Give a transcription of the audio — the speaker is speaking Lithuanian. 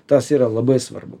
tas yra labai svarbu